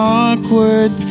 awkward